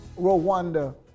Rwanda